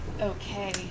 Okay